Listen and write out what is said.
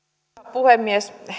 puhemies